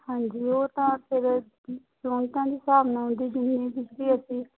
ਹਾਂਜੀ ਉਹ ਤਾਂ ਫੇਰ ਯੂਨਟਾਂ ਦੇ ਹਿਸਾਬ ਨਾਲ ਆਉਂਦੀ ਜਿੰਨੀ ਬਿਜਲੀ ਅਸੀਂ